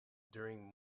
during